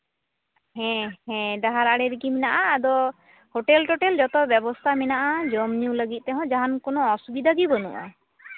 ᱦᱮᱸ ᱦᱮᱸ ᱰᱟᱦᱟᱨ ᱟᱲᱮ ᱨᱮᱜᱮ ᱢᱮᱱᱟᱜᱼᱟ ᱟᱫᱚ ᱦᱳᱴᱮᱞ ᱛᱳᱴᱮᱞ ᱡᱚᱛᱚ ᱵᱮᱵᱚᱥᱛᱷᱟ ᱢᱮᱱᱟᱜᱼᱟ ᱡᱚᱢᱼᱧᱩ ᱞᱟᱹᱜᱤᱫ ᱛᱮᱦᱚᱸ ᱡᱟᱦᱟᱱ ᱠᱳᱱᱳ ᱚᱥᱩᱵᱤᱫᱷᱟ ᱜᱮ ᱵᱟᱹᱱᱩᱜᱼᱟ